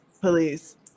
police